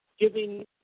giving